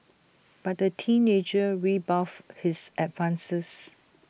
but the teenager rebuffed his advances